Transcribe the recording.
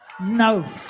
no